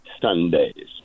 Sundays